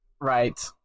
Right